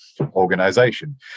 organization